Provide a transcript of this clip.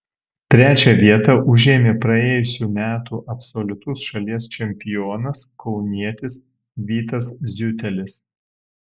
trečią vietą užėmė praėjusių metų absoliutus šalies čempionas kaunietis vytas ziutelis